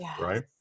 Right